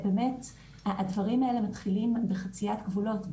שהדברים האלה מתחילים בחציית גבולות,